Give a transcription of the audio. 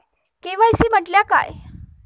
KYC म्हटल्या काय?